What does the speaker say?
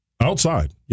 outside